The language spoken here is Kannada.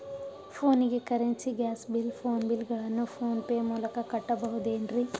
ಫೋನಿಗೆ currency, gas bill, phone bill ಗಳನ್ನು ಫೋನ್ ಪೇ ಮೂಲಕ ಕಟ್ಟಬಹುದೇನ್ರಿ?